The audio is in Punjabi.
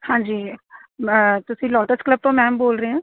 ਹਾਂਜੀ ਤੁਸੀਂ ਲੋਟਸ ਕਲੱਬ ਤੋਂ ਮੈਮ ਬੋਲ ਰਹੇ ਐ